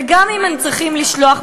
וגם אם הם צריכים לשלוח,